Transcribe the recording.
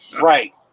Right